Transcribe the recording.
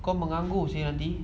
kau menganggur si andy